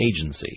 agency